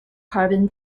carbon